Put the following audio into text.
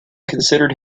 considered